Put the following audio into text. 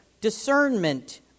discernment